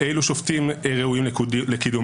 אילו שופטים ראויים לקידום,